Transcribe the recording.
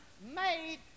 made